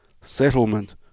Settlement